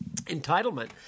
entitlement